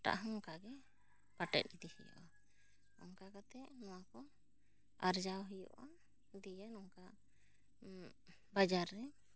ᱦᱟᱴᱟᱜ ᱦᱚᱸ ᱚᱱᱠᱟ ᱜᱮ ᱯᱟᱴᱮᱫ ᱤᱫᱤ ᱦᱩᱭᱩᱜᱼᱟ ᱚᱱᱠᱟ ᱠᱟᱛᱮ ᱱᱚᱣᱟ ᱠᱚ ᱟᱨᱡᱟᱣ ᱦᱩᱭᱩᱜᱼᱟ ᱤᱫᱤᱭᱟ ᱱᱚᱝᱠᱟ ᱵᱟᱡᱟᱨ ᱨᱮ